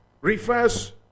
refers